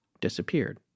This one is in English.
disappeared